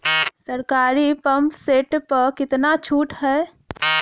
सरकारी pump set प कितना छूट हैं?